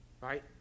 right